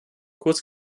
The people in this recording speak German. kurz